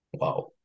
Wow